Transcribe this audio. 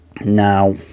Now